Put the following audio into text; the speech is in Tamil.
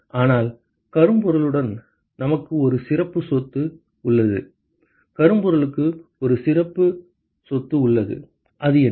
ஆனால் கரும்பொருளுடன் நமக்கு ஒரு சிறப்பு சொத்து உள்ளது கரும்பொருளுக்கு ஒரு சிறப்பு சொத்து உள்ளது அது என்ன